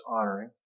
honoring